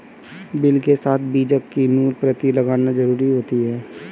bill के साथ बीजक की मूल प्रति लगाना जरुरी होता है